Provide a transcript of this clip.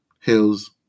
Hills